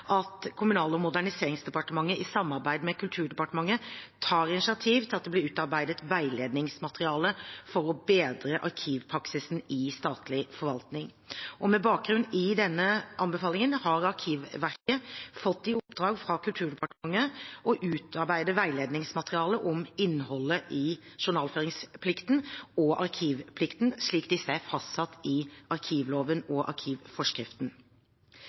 at Kommunal- og moderniseringsdepartementet i samarbeid med Kulturdepartementet tar initiativ til at det blir utarbeidet veiledningsmateriale for å bedre arkivpraksisen i statlig forvaltning. Med bakgrunn i denne anbefalingen har Arkivverket fått i oppdrag fra Kulturdepartementet å utarbeide veiledningsmateriale om innholdet i journalføringsplikten og arkivplikten, slik disse er fastsatt i arkivloven og arkivforskriften.